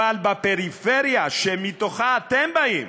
אבל בפריפריה, שמתוכה אתם באים,